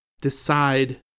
Decide